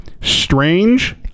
strange